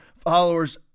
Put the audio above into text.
followers